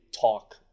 talk